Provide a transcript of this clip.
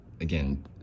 again